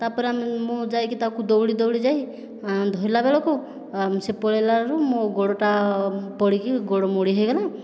ତା'ପରେ ଆମେ ମୁଁ ଯାଇକି ତାକୁ ଦୌଡ଼ି ଦୌଡ଼ି ଯାଇ ଧରିଲା ବେଳକୁ ସେ ପଳାଇଲାରୁ ମୋ ଗୋଡ଼ଟା ପଡ଼ିକି ଗୋଡ଼ ମୋଡ଼ି ହୋଇଗଲା